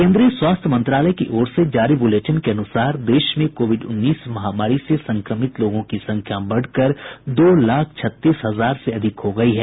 केंद्रीय स्वास्थ्य मंत्रालय की ओर से जारी बुलेटिन के अनुसार देश में कोविड उन्नीस महामारी से संक्रमित लोगों की संख्या बढ़कर दो लाख छत्तीस हजार से अधिक हो गयी है